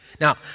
Now